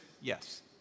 yes